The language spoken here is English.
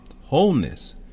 wholeness